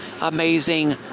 amazing